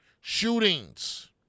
shootings